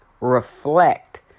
reflect